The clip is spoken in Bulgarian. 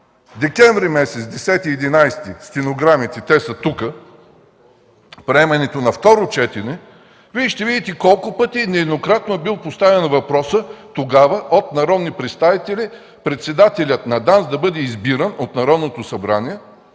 стенограмите от 10 и 11 декември, те са тук, приемането на второ четене, ще видите колко пъти нееднократно е бил поставян въпросът тогава от народни представители – председателят на ДАНС да бъде избиран от Народното събрание